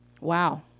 Wow